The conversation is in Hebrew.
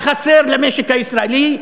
החסר למשק הישראלי,